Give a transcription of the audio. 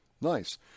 nice